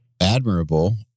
admirable